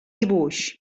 dibuix